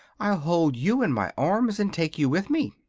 i'll hold you in my arms, and take you with me.